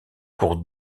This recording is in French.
cours